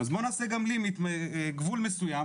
אז בואו נעשה גם גבול מסוים,